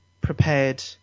prepared